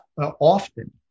often